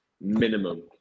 minimum